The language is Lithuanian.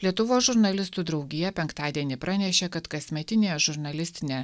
lietuvos žurnalistų draugija penktadienį pranešė kad kasmetinė žurnalistinė